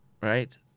Right